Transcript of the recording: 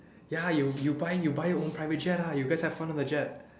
ya you you buy you buy own private jet ah you guys have fun in the jet